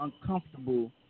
uncomfortable